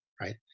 right